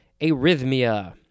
arrhythmia